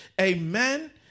Amen